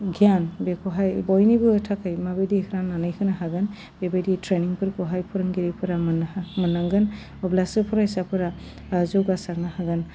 गियान बेखौहाय बयनोबो थाखाय माबायदि रान्नानै होनो हागोन बेबायदि ट्रेनिंफोरखौहाय फोरोंगिरिफोरा मोनहा मोन्नांगोन अब्लासो फरायसाफोरा जौगासारनो हागोन